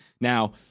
Now